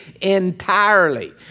entirely